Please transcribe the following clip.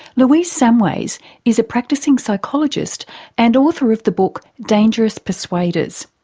louise samways is a practising psychologist and author of the book dangerous persuaders.